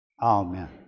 Amen